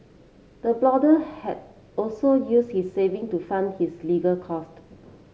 the blogger had also use his saving to fund his legal cost